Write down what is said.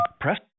press